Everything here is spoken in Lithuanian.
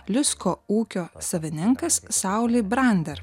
lisko ūkio savininkas sauli brander